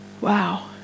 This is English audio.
Wow